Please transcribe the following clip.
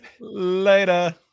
Later